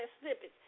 snippets